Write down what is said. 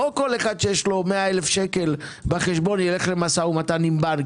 לא כל אחד שיש לו 100,000 שקל בחשבון ילך למשא ומתן עם בנק